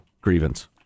grievance